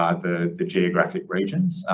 um the, the geographic regions.